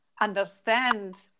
understand